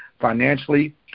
financially